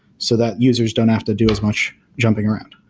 so that users don't have to do as much jumping around.